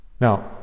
Now